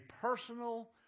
personal